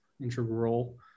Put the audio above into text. integral